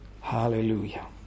Hallelujah